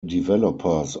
developers